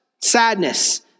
sadness